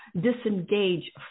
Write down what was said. disengage